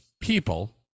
people